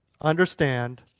Understand